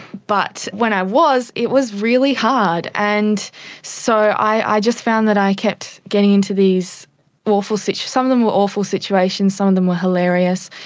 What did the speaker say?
but when i was it was really hard. and so i just found that i kept getting into these awful situations. some of them were awful situations, some of them were hilarious,